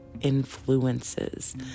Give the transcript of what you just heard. influences